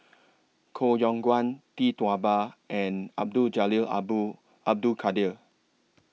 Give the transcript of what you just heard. Koh Yong Guan Tee Tua Ba and Abdul Jalil Abul Abdul Kadir